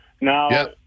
Now